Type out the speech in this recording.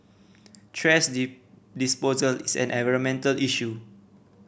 thrash disposal is an environmental issue